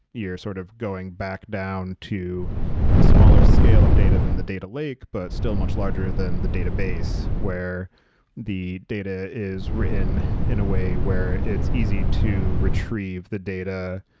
you're sort of going back down to a smaller scale of data than the data lake, but still much larger than the database where the data is written in a way where it's easy to retrieve the data